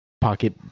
pocket